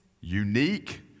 unique